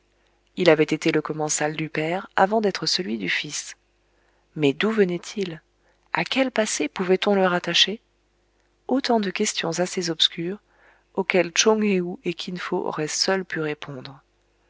il avait été le commensal du père avant d'être celui du fils mais d'où venait-il a quel passé pouvait-on le rattacher autant de questions assez obscures auxquelles tchounghéou et kin fo auraient seuls pu répondre